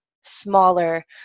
smaller